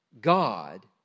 God